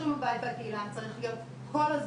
עם הבית והקהילה צריך להיות כל הזמן,